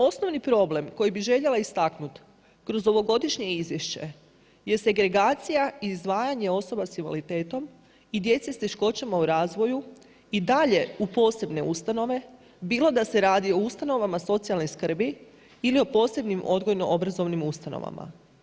Osnovni problem koji bi željela istaknuti kroz ovogodišnje izvješće je segregacija, i izdvajanje osoba s invaliditetom i djece s teškoćama u razvoju i dalje u posebne ustanove, bilo da se radi o ustanovama socijalne skrbi ili o posebno odgojno obrazovnim ustanovama.